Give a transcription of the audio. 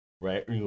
right